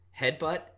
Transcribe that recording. headbutt